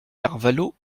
carvalho